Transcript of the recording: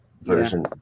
version